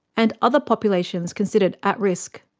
and other populations considered at risk.